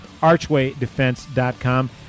archwaydefense.com